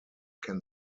can